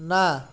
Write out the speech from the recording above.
ନାଁ